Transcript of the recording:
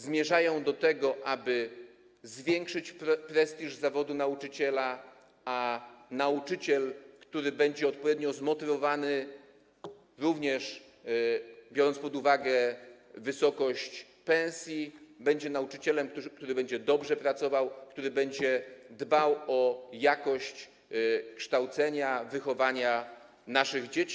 Zmierzają do tego, aby zwiększyć prestiż zawodu nauczyciela, a nauczyciel, który będzie odpowiednio zmotywowany, również biorąc pod uwagę wysokość pensji, będzie nauczycielem, który będzie dobrze pracował i będzie dbał o jakość kształcenia, wychowania naszych dzieci.